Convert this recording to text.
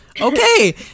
Okay